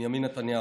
בנימין נתניהו,